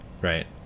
right